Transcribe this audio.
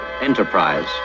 Enterprise